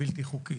בלתי חוקית.